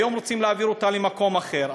היום רוצים להעביר אותה למקום אחר.